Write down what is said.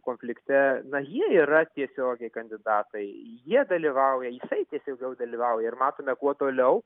konflikte na jie yra tiesiogiai kandidatai jie dalyvauja jisai tiesiogiai gal dalyvauja ir matome kuo toliau